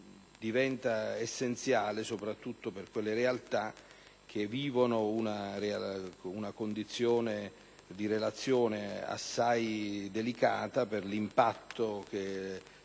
diventa essenziale soprattutto per quelle realtà che vivono una condizione assai delicata, per l'impatto che